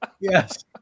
Yes